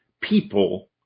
people